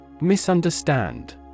Misunderstand